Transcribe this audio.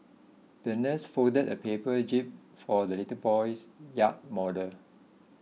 the nurse folded a paper jib for the little boy's yacht model